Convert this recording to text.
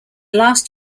last